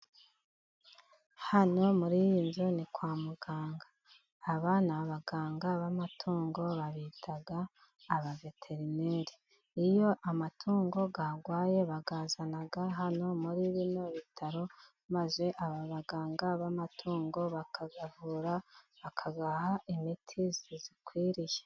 Hano muri iyi nzu ni kwa muganga. Aba ni abaganga b'amatungo bita abaveterineri. Iyo amatungo yarwaye bayazana hano muri bino bitaro, maze aba baganga b'amatungo bakayavura, bakayaha imiti iyakwiriye.